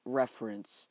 reference